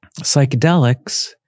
Psychedelics